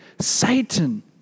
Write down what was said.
Satan